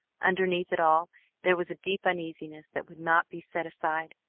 underneath it all there was a deep uneasiness that would not be set aside.